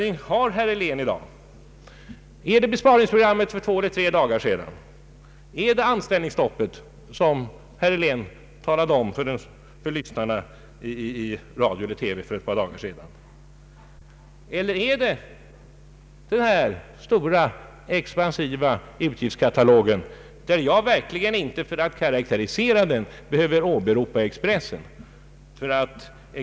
Vilken är herr Heléns bedömning i dag? Är det besparingsprogrammet som presenterades för ett par dagar sedan, är det anställningsstoppet, som herr Helén nyligen redogjorde för i radio, eller är det den stora expansiva utgiftskatalogen, där jag verkligen inte för att karakterisera den behöver åberopa Expressen?